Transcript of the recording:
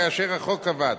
כאשר החוק עבר.